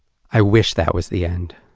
i wish that was the end.